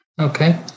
Okay